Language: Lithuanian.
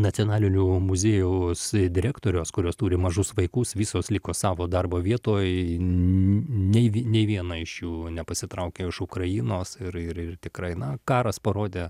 nacionalinio muziejaus direktorės kurios turi mažus vaikus visos liko savo darbo vietoj nei nei viena iš jų nepasitraukė iš ukrainos ir ir ir tikrai na karas parodė